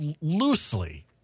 loosely